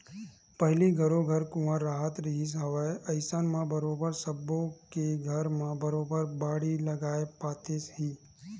पहिली घरो घर कुँआ राहत रिहिस हवय अइसन म बरोबर सब्बो के घर म बरोबर बाड़ी लगाए पातेस ही